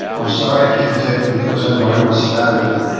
i'm sorry i can't take you, because i'm going on sabbatical,